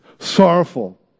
Sorrowful